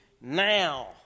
now